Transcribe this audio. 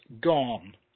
gone